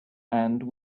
and